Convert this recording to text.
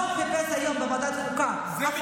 מה הוא חיפש היום בוועדת חוקה, לגיטימית.